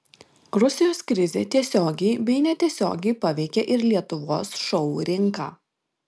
rusijos krizė tiesiogiai bei netiesiogiai paveikė ir lietuvos šou rinką